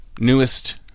Newest